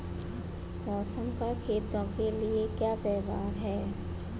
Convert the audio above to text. मौसम का खेतों के लिये क्या व्यवहार है?